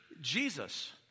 Jesus